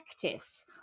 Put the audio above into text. practice